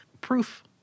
proof